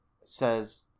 says